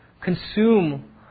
consume